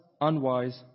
unwise